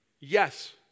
Yes